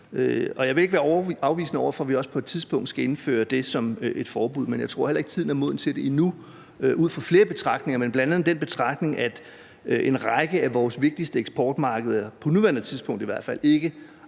jeg vil ikke være afvisende over for, at vi også på et tidspunkt skal indføre det som et forbud. Men jeg tror heller ikke, at tiden er moden til det endnu, ud fra flere betragtninger, men bl.a. den betragtning, at en række af vores vigtigste eksportmarkeder på nuværende tidspunkt i hvert fald ikke